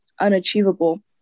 unachievable